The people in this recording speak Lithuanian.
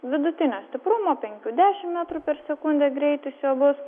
vidutinio stiprumo penkių dešim metrų per sekundę greitis jau bus